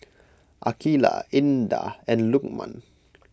Aqilah Indah and Lukman